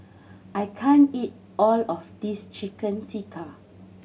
I can't eat all of this Chicken Tikka